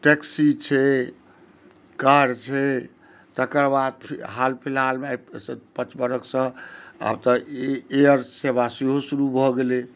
taxi छै car छै तकर बाद फिर हाल फिलहाल मे पाँच बरखसँ आब तऽ एयर सेवा सेहो शुरू भऽ गेलै